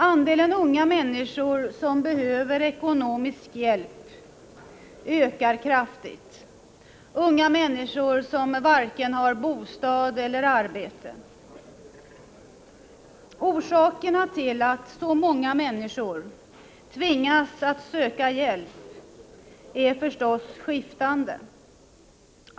Andelen unga människor som behöver ekonomisk hjälp ökar kraftigt, unga människor som varken har bostad eller arbete. Orsakerna till att så många människor tvingas att söka hjälp är förstås skiftande.